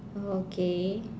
oh okay